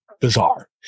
bizarre